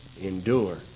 endure